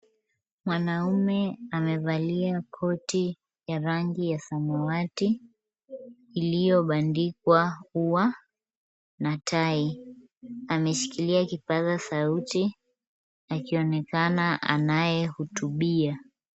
Mwanaume amevalia koti ya rangi ya samawati, iliyobandikwa ua na tai. ameshikilia kipaza sauti, akionekana anayehutubia.